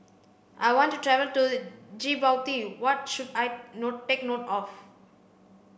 I want to travel to Djibouti what should I note take note of